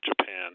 Japan